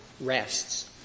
rests